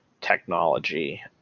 technology